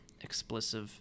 Explicit